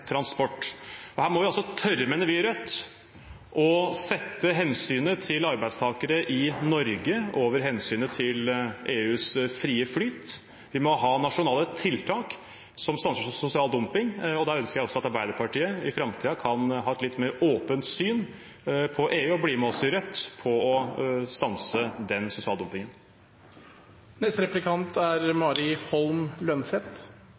transport. Her må vi altså tørre, mener vi i Rødt, å sette hensynet til arbeidstakere i Norge over hensynet til EUs frie flyt. Vi må ha nasjonale tiltak som stanser sosial dumping, og da ønsker jeg også at Arbeiderpartiet i framtiden kan ha et litt mer åpent syn på EU og bli med oss i Rødt på å stanse den